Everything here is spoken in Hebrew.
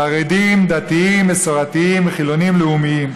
חרדים, דתיים, מסורתיים וחילונים לאומיים,